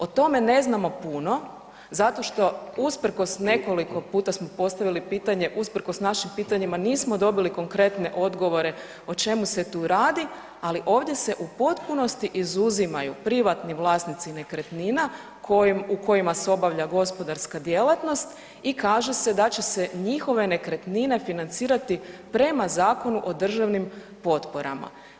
O tome ne znamo puno zato što usprkos, nekoliko puta smo postavili pitanje, usprkos našim pitanjima nismo dobili konkretne odgovore o čemu se tu radi, ali ovdje se u potpunosti izuzimaju privatni vlasnici nekretnina u kojima se obavlja gospodarska djelatnost i kaže se da će se njihove nekretnine financirati prema Zakonu o državnim potporama.